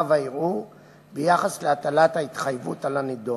והערעור ביחס להטלת ההתחייבות על הנידון.